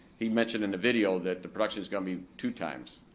he mentioned in the video that the production's gonna be two times.